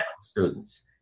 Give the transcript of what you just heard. students